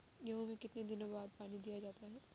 गेहूँ में कितने दिनों बाद पानी दिया जाता है?